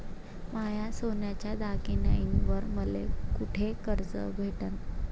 माया सोन्याच्या दागिन्यांइवर मले कुठे कर्ज भेटन?